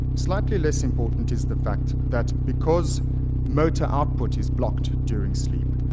slightly less important is the fact that because motor output is blocked during sleep,